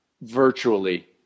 virtually